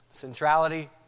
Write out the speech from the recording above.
centrality